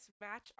match